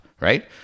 Right